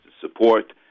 support